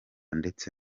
ndetse